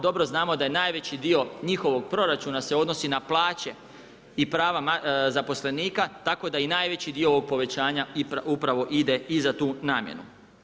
Dobro znamo da je najveći dio njihovog proračuna se odnosi na plaće i prava zaposlenika tako da i najveći dio ovog povećanja upravo ide i za tu namjenu.